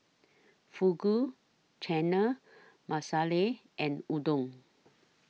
Fugu Chana Masala and Udon